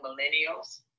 millennials